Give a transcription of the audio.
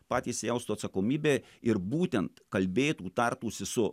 patys jaustų atsakomybę ir būtent kalbėtų tartųsi su